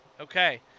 Okay